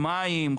מים,